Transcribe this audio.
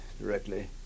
directly